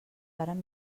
varen